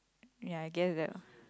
ya I guess that